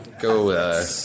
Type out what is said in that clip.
go